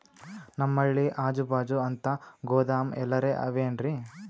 ನಮ್ ಹಳ್ಳಿ ಅಜುಬಾಜು ಅಂತ ಗೋದಾಮ ಎಲ್ಲರೆ ಅವೇನ್ರಿ?